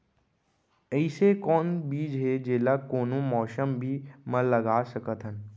अइसे कौन बीज हे, जेला कोनो मौसम भी मा लगा सकत हन?